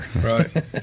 Right